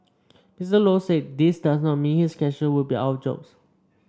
Mister Low said this does not mean his cashiers will be out of jobs